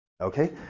Okay